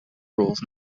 rules